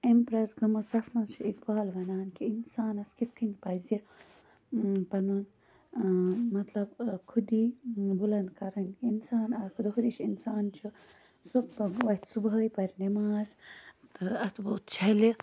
impress گٔمٕژ کہ تتھ مَنٛز چھُ اِقبال وَنان اِنسانَس کِتھ کَنۍ پَزِ پَنُن مَطلَب خُدی بُلَنٛد کَرٕنۍ اِنسان اکھ دۄہہ دِش اِنسان چھُ سُہ وۄتھِ صُبحٲے پَرِ نماز تہٕ اتھٕ بُتھ چھَلہِ